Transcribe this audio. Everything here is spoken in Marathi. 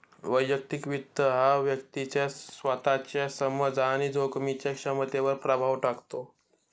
वैयक्तिक वित्त हा व्यक्तीच्या स्वतःच्या समज आणि जोखमीच्या क्षमतेवर प्रभाव टाकतो